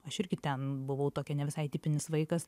aš irgi ten buvau tokia ne visai tipinis vaikas